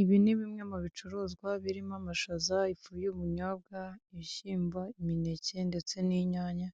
Ibi ni bimwe mu bicuruzwa birimo amashaza, ifu y'ubunyobwa, ibishyimbo, imineke ndetse n'inyanya,